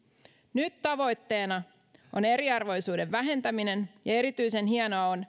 nyt tavoitteena on eriarvoisuuden vähentäminen ja erityisen hienoa on